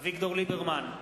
אביגדור ליברמן,